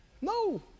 No